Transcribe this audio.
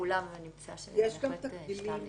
יש גם תקדימים